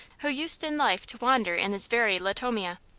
who used in life to wander in this very latomia.